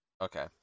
Okay